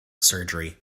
surgery